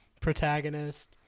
protagonist